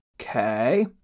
Okay